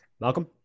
Welcome